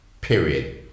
Period